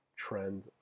trend